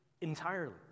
entirely